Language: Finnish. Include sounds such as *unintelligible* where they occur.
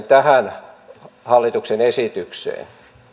*unintelligible* tähän hallituksen esitykseen